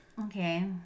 Okay